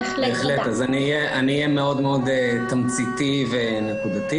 בהחלט, אז אני אהיה מאוד מאוד תמציתי ונקודתי.